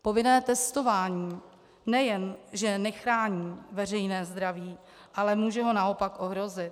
Povinné testování nejenže nechrání veřejné zdraví, ale může ho naopak ohrozit.